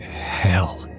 hell